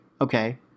okay